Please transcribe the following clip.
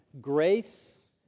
grace